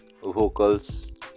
vocals